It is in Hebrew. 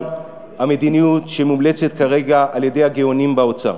המדיניות שמומלצת כרגע על-ידי הגאונים באוצר: